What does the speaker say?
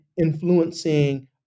influencing